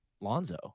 Lonzo